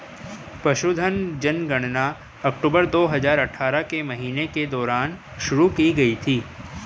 पशुधन जनगणना अक्टूबर दो हजार अठारह के महीने के दौरान शुरू की गई थी